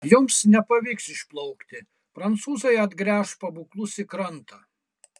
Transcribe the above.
jums nepavyks išplaukti prancūzai atgręš pabūklus į krantą